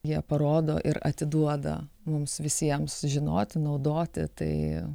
jie parodo ir atiduoda mums visiems žinoti naudoti tai